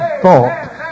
thought